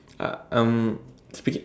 uh um speaking